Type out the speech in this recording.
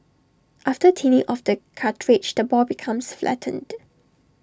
after thinning of the cartilage the ball becomes flattened